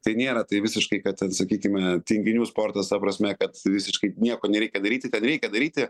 tai nėra tai visiškai kad ten sakykime tinginių sportas ta prasme kad visiškai nieko nereikia daryti ten reikia daryti